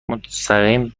مستقیم